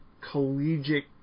collegiate